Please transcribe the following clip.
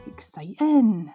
Exciting